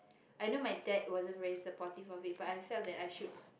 I know my dad wasn't very supportive of it but I felt that I should